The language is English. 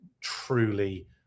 truly